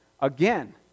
again